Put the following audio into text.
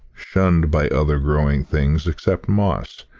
shunned by other growing things except moss,